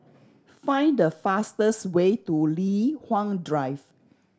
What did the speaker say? find the fastest way to Li Hwan Drive